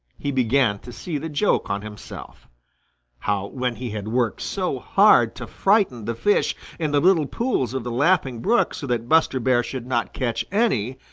he began to see the joke on himself how when he had worked so hard to frighten the fish in the little pools of the laughing brook so that buster bear should not catch any,